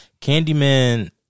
Candyman